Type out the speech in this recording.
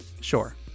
sure